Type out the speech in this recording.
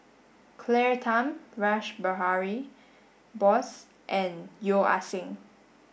Claire Tham Rash Behari Bose and Yeo Ah Seng